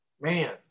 man